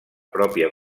pròpia